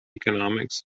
economics